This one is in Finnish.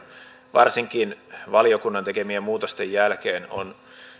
varsinkin valiokunnan tekemien muutosten jälkeen on